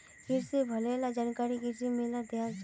क्रिशिर भले ला जानकारी कृषि मेलात दियाल जाहा